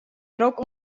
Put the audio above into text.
drok